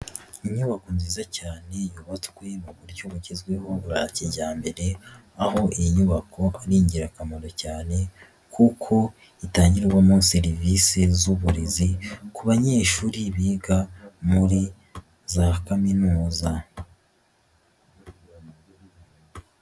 Inyubako nziza cyane yubatswe mu buryo bugezweho bwa kijyambere, aho iyi nyubako ari ingirakamaro cyane kuko itanyurwamo serivisi z'uburezi kubanyeshuri biga muri za kaminuza.